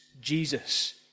Jesus